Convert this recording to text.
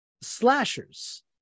slashers